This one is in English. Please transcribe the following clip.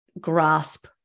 grasp